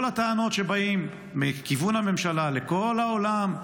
כל הטענות שבאות מכיוון הממשלה לכל העולם,